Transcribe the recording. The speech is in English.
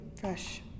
fresh